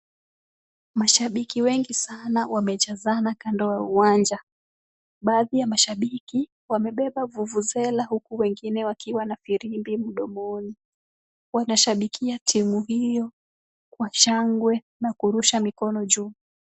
Mashabiki wengi wamejazana sana kando ya uwanja. Baadhi ya mashabiki wamebeba vuvuzela huku wengine wakiwa na firimbi mdomoni. Wanashangilia timu hiyo kwa shangwe na kurusha mikono juu.